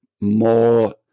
more